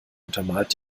untermalt